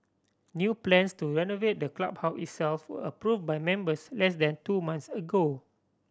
new plans to renovate the clubhouse itself were approved by members less than two months ago